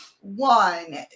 one